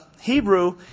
Hebrew